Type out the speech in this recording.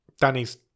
Danny's